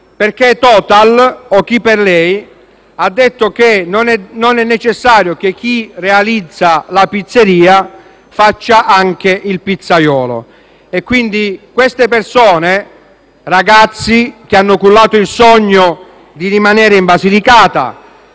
perché Total, o chi per lei, ha detto che non è necessario che chi realizza la pizzeria faccia anche il pizzaiolo. Quindi, queste persone, ragazzi che hanno cullato il sogno di rimanere in Basilicata,